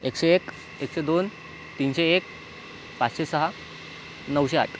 एकशे एक एकशे दोन तीनशे एक पाचशे सहा नऊशे आठ